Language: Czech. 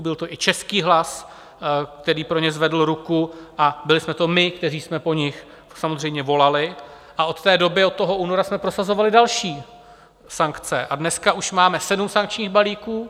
Byl to i český hlas, který pro ně zvedl ruku, a byli jsme to my, kteří jsme po nich samozřejmě volali, a od té doby od února jsme prosazovali další sankce a dneska už máme sedm sankčních balíků.